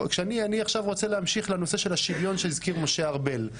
כשאני רוצה להמשיך לנושא של השוויון שהזכיר חבר הכנסת משה ארבל,